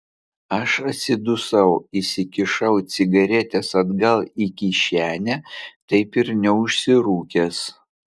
aš atsidusau įsikišau cigaretes atgal į kišenę taip ir neužsirūkęs